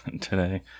today